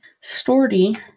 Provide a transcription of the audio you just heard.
Story